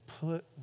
put